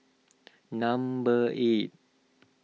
number eight